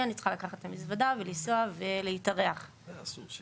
צריכה לקחת את המזוודה ולהתארח איפשהו.